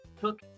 took